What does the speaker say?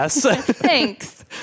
thanks